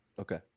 Okay